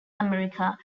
america